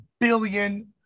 billion